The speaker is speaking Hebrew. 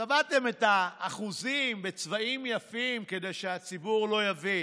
צבעתם את האחוזים בצבעים יפים כדי שהציבור לא יבין,